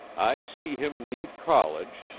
i see him leave college,